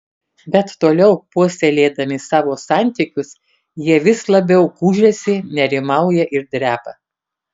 bet toliau puoselėdami savo santykius jie vis labiau gūžiasi nerimauja ir dreba